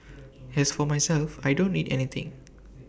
as for myself I don't need anything